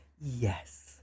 Yes